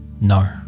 No